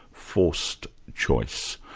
forced choice.